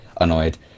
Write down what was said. annoyed